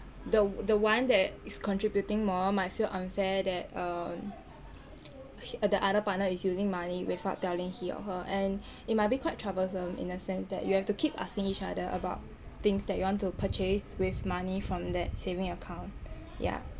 the the one that is contributing more might feel unfair that uh the other partner is using money without telling him or her and it might be quite troublesome in a sense that you have to keep asking each other about things that you want to purchase with money from that saving account yah